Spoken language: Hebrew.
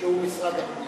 שהוא משרד הפנים.